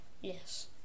Yes